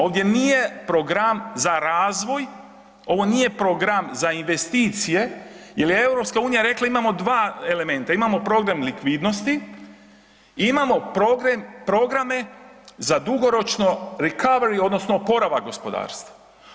Ovdje nije program za razvoj, ovo nije program za investicije, jer je EU rekla imamo 2 elementa, imamo program likvidnosti i imamo programe za dugoročno recovery odnosno oporavak gospodarstva.